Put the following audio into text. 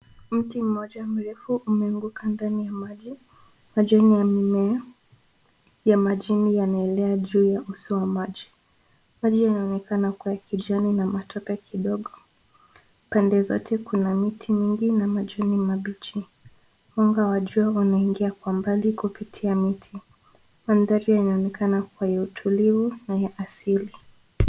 Mti mmoja mrefu umeanguka ndani ya majini ya mimea, ya majini yanalea juu ya usoni wa maji. Maji yanaonekana kuwa ya kijani na matope kidogo. Pande zote kuna miti mingi na majani mabichi. Mwanga wa jua unaingia kwa mbali kupitia miti. Mandhari yanaonekana kuwa ya utulivu na ya asili.